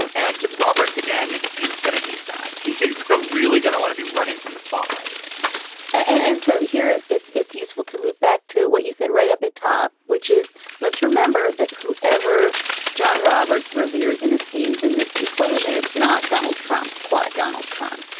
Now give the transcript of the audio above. and and roberts, again, he's going to hate that. he's really going to want to be running from the spotlight and so here it's it's useful to loop back to what you said right up at top, which is let's remember that whoever john roberts reveres in esteems in this equation, it's not donald trump. quote donald trump.